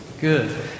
Good